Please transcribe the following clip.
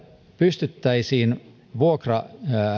pystyttäisiin vuokra